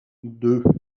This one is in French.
deux